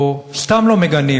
או סתם לא מגנים,